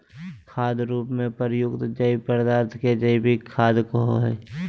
खाद रूप में प्रयुक्त जैव पदार्थ के जैविक खाद कहो हइ